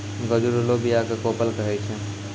गजुरलो बीया क कोपल कहै छै